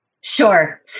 Sure